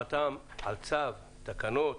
חתם על צו, תקנות